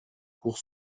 pour